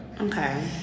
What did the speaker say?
Okay